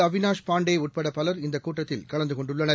அவினாஷ் பாண்டே உப்பட பலர் இந்தக் கூட்டத்தில் கலந்து கொண்டுள்ளனர்